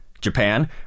Japan